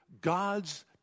God's